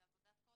זו עבודת קודש,